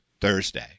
Thursday